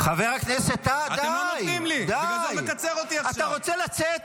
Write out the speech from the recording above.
חבר הכנסת כץ, נתכנס לסיום.